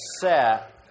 set